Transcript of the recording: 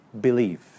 Believe